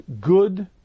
good